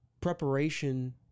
preparation